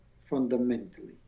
fundamentally